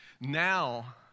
Now